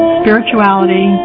spirituality